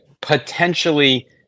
potentially